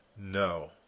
No